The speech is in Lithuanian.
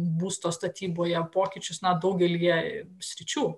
būsto statyboje pokyčius na daugelyje sričių